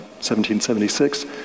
1776